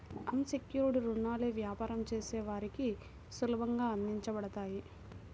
అన్ secured రుణాలు వ్యాపారం చేసే వారికి సులభంగా అందించబడతాయి